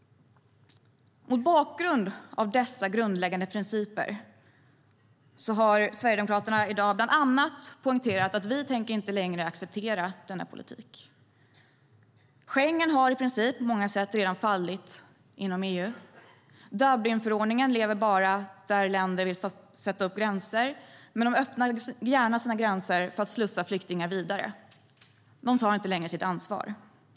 Mot bakgrund av dessa grundläggande principer har Sverigedemokraterna i dag bland annat poängterat att vi inte längre tänker acceptera denna politik. Schengen har i princip på många sätt redan fallit inom EU. Dublinförordningen tillämpas bara där länder vill sätta upp gränser samtidigt som de gärna öppnar sina gränser för att slussa flyktingar vidare. De tar inte längre sitt ansvar.